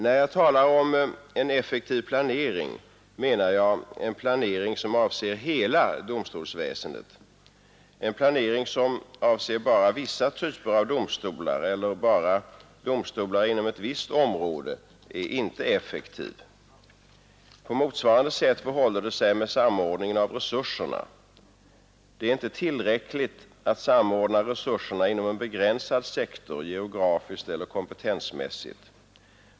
När jag talar om en effektiv planering menar jag en planering som avser hela domstolsväsendet. En planering som avser bara vissa typer av domstolar eller bara domstolar inom ett visst område är inte effektiv. På motsvarande sätt förhåller det sig med samordningen av resurserna. Det är inte tillräckligt att samordna resurserna inom en begränsad sektor, geografiskt eller kompetensmässigt.